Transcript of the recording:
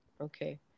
okay